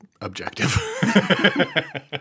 objective